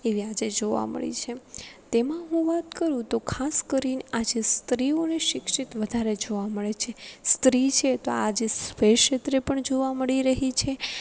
એવી આજે જોવા મળી છે તેમાં હું વાત કરું તો ખાસ કરીને આજે સ્ત્રીઓની શિક્ષિત વધારે જોવા મળે છે સ્ત્રી છે તો આજે સર્વે ક્ષેત્રે પણ જોવા મળી રહી છે